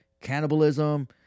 cannibalism